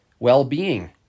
well-being